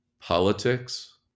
politics